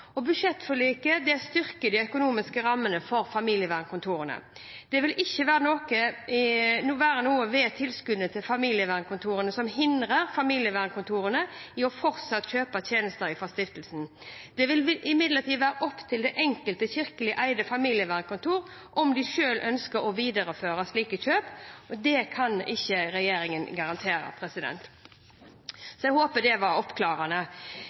Budsjettforliket styrker de økonomiske rammene for familievernkontorene. Det vil ikke være noe ved tilskuddet til familievernkontorene som hindrer dem i fortsatt å kjøpe tjenester fra stiftelsen. Det vil imidlertid være opp til det enkelte kirkelig eide familievernkontor om de ønsker å videreføre slike kjøp, og det kan ikke regjeringen garantere. Jeg håper det var oppklarende.